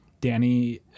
Danny